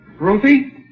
Ruthie